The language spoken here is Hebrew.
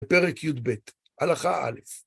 פרק י"ב, הלכה א'.